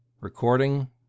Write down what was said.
Recording